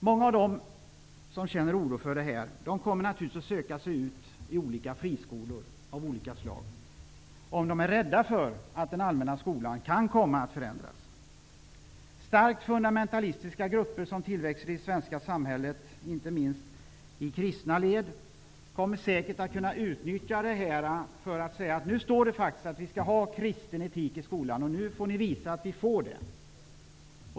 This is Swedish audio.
Många av dem som känner oro för detta och är rädda för att den allmänna skolan kan komma att förändras kommer naturligtvis att söka sig till olika friskolor. Starkt fundamentalistiska grupper, som tillväxer i det svenska samhället -- inte minst i kristna led -- kommer säkert att kunna utnyttja detta. De kommer att säga att, nu står det att vi skall ha kristen etik i skolan och nu får ni visa att vi får det.